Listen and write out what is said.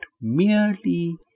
merely